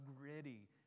gritty